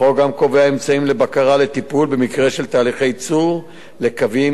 החוק גם קובע אמצעים לבקרה ולטיפול במקרה של תהליכי ייצור לקויים,